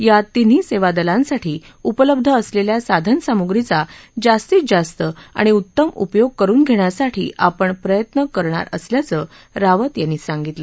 या तिन्ही सेवादलांसाठी उपलब्ध असलेल्या साधनसामुगीचा जास्तीत जास्त आणि उत्तम उपयोग करुन घेण्यासाठी आपण प्रयत्न करुन घेणार असल्याचं रावत यांनी सांगितलं